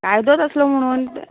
कायदोच आसलो म्हणून